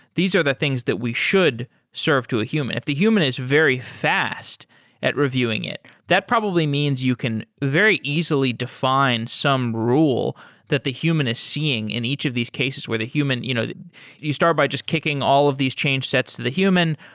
these are the things that we should serve to a human. the human is very fast at reviewing it. that probably means you can very easily define some rule that the human is seeing in each of these cases where the human you know you start by just kicking all of these change sets to the human.